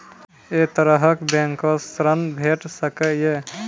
ऐ तरहक बैंकोसऽ ॠण भेट सकै ये?